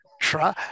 try